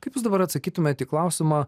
kaip jūs dabar atsakytumėte į klausimą